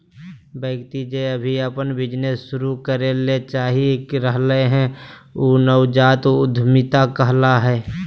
व्यक्ति जे अभी अपन बिजनेस शुरू करे ले चाह रहलय हें उ नवजात उद्यमिता कहला हय